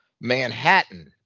Manhattan